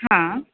हां